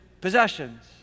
possessions